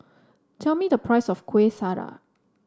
tell me the price of Kueh Syara